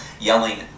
yelling